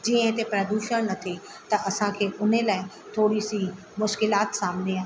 जीअं हिते प्रदूषण न थिए त असांखे उन लाइ थोरी सी मुश्किलात सामिने आई